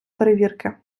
перевірки